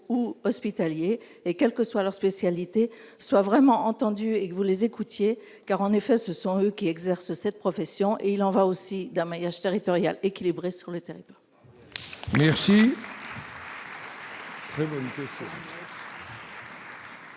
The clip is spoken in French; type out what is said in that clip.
ou hospitaliers et quelle que soit leur spécialité, soient vraiment entendus et que vous les écoutiez, car ce sont eux qui exercent cette profession. Il y va aussi d'un maillage territorial équilibré sur le territoire !